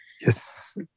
Yes